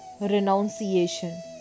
renunciation